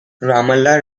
ramallah